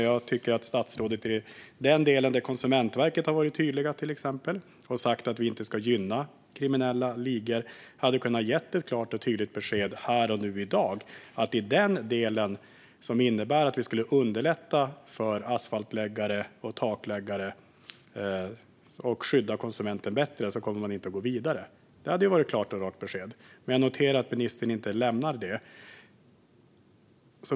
Jag tycker att statsrådet i den delen där till exempel Konsumentverket varit tydligt och sagt att vi inte ska gynna kriminella ligor hade kunnat ge ett klart och tydligt besked här och nu att i den delen som innebär att vi skulle underlätta för asfaltläggare och takläggare och skydda konsumenten bättre kommer man inte att gå vidare. Det hade varit ett klart och rakt besked. Jag noterar att ministern inte lämnar det.